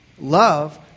love